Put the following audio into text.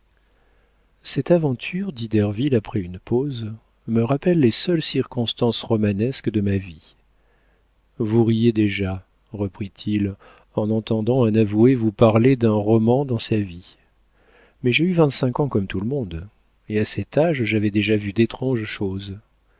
cette aventure dit derville après une pause me rappelle les seules circonstances romanesques de ma vie vous riez déjà reprit-il en entendant un avoué vous parler d'un roman dans sa vie mais j'ai eu vingt-cinq ans comme tout le monde et à cet âge j'avais déjà vu d'étranges choses